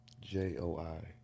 J-O-I